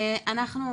אנחנו,